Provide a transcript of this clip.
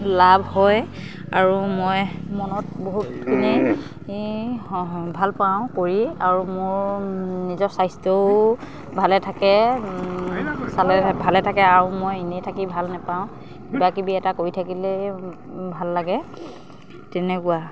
লাভ হয় আৰু মই মনত বহুতখিনি ভাল পাওঁ কৰি আৰু মোৰ নিজৰ স্বাস্থ্যও ভালে থাকে চালে ভালে থাকে আৰু মই এনেই থাকি ভাল নেপাওঁ কিবাকিবি এটা কৰি থাকিলেই ভাল লাগে তেনেকুৱা